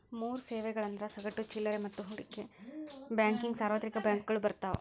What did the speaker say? ಮೂರ್ ಸೇವೆಗಳಂದ್ರ ಸಗಟು ಚಿಲ್ಲರೆ ಮತ್ತ ಹೂಡಿಕೆ ಬ್ಯಾಂಕಿಂಗ್ ಸಾರ್ವತ್ರಿಕ ಬ್ಯಾಂಕಗಳು ಬರ್ತಾವ